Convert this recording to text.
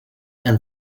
and